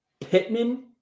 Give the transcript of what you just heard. Pittman